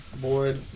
bored